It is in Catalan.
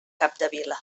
capdevila